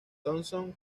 thomson